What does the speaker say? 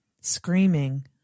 screaming